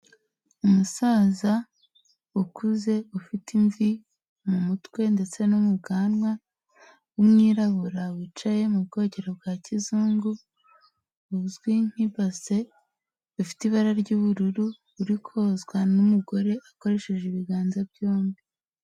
Umusaza ukuze ufite imvi mu mutwe ndetse no mu bwanwa w'umwirabura wicaye mu bwogero bwa kizungu buzwi nk'ibase bufite ibara ry'ubururu uri kozwa n'umugore akoresheje ibiganza byombi.